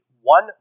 one